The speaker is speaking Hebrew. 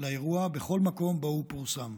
לאירוע בכל מקום שבו הוא פורסם.